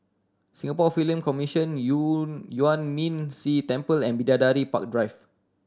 Singapore Film Commission Yuan Ming Si Temple and Bidadari Park Drive